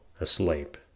asleep